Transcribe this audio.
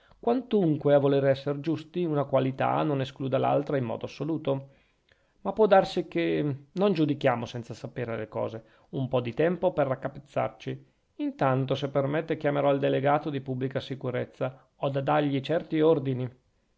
quantunque a voler esser giusti una qualità non escluda l'altra in modo assoluto ma può darsi che non giudichiamo senza sapere le cose un po di tempo per raccapezzarci intanto se permette chiamerò il delegato di pubblica sicurezza ho da dargli certi ordini